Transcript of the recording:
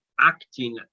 acting